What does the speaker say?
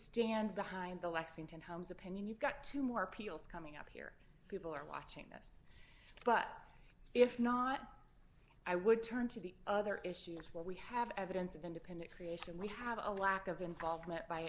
stand behind the lexington homes opinion you've got two more peals coming up here people are watching that but if not i would turn to the other issues where we have evidence of independent creation and we have a lack of involvement by